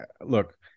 look